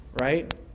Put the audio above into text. Right